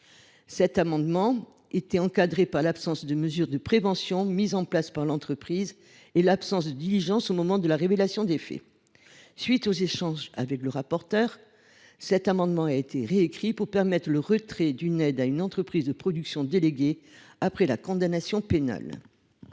Cet amendement était encadré par l’absence de mesures de prévention mises en place par l’entreprise et l’absence de diligence au moment de la révélation des faits. À la suite d’échanges avec les rapporteurs, cet amendement a été rectifié pour permettre le retrait d’une aide à une entreprise de production déléguée après la condamnation pénale.